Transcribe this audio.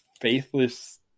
Faithless